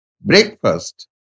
Breakfast